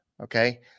Okay